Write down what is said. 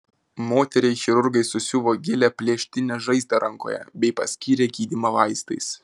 moteriai chirurgai susiuvo gilią plėštinę žaizdą rankoje bei paskyrė gydymą vaistais